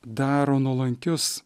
daro nuolankius